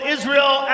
Israel